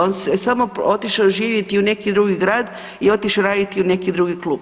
On je samo otišao živjeti u neki drugi grad i otišao raditi u neki drugi klub.